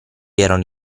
erano